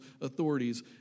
authorities